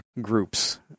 groups